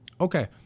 Okay